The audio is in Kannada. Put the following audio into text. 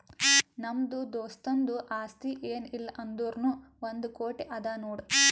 ನಮ್ದು ದೋಸ್ತುಂದು ಆಸ್ತಿ ಏನ್ ಇಲ್ಲ ಅಂದುರ್ನೂ ಒಂದ್ ಕೋಟಿ ಅದಾ ನೋಡ್